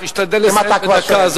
תשתדל לסיים בדקה.